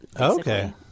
Okay